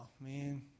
man